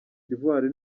d’ivoire